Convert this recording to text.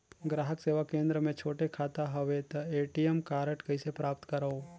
ग्राहक सेवा केंद्र मे छोटे खाता हवय त ए.टी.एम कारड कइसे प्राप्त करव?